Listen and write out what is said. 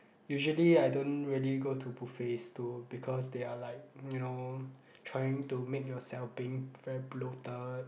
usually I don't really go to buffets too because they are like you know trying to make yourself being very bloated